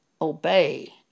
obey